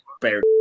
bear